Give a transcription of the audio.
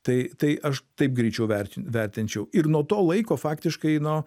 tai tai aš taip greičiau vertin vertinčiau ir nuo to laiko faktiškai nu